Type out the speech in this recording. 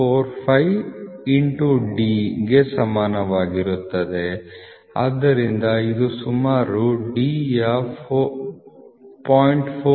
0045 D ಗೆ ಸಮನಾಗಿರುತ್ತದೆ ಆದ್ದರಿಂದ ಇದು ಸರಿಸುಮಾರು D ಯ 0